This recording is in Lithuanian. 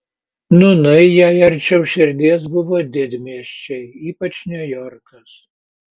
nūnai jai arčiau širdies buvo didmiesčiai ypač niujorkas